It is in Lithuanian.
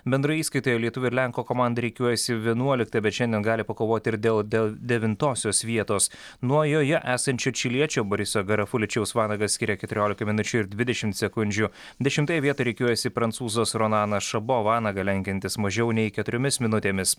bendroj įskaitoje lietuvio ir lenko komanda rikiuojasi vienuolikta bet šiandien gali pakovoti ir dėl dėl devintosios vietos nuo joje esančio čiliečio boriso garafuličiaus vanagą skiria keturiolika minučių ir dvidešim sekundžių dešimtoj vietoj rikiuojasi prancūzas ronanas šabo vanagą lenkiantis mažiau nei keturiomis minutėmis